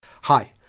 hi!